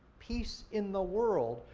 peace in the world,